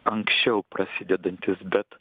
anksčiau prasidedantys bet